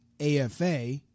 AFA